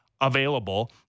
available